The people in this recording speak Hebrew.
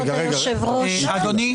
אדוני,